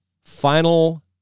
Final